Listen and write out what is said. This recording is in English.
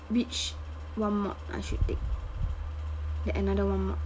which one mod I should take that another one mod